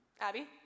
Abby